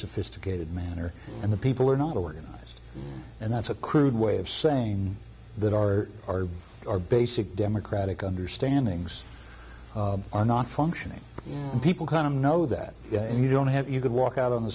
sophisticated manner and the people are not organized and that's a crude way of saying that our our our basic democratic understanding are not functioning people kind of know that you don't have you could walk out on the